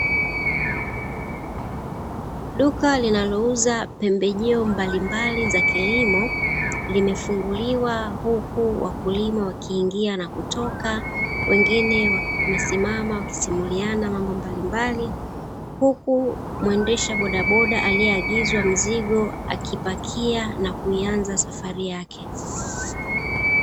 Duka linalouza pembejeo mbalimbali za kilimo limefunguliwa huku wakulima wakiingia na kutoka, wengine wamesimama wakisimuliana mambo mbalimbali huku mwendesha bodaboda aliyeagizwa mzigo akipakia na kuianza safari yake.